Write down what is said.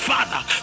Father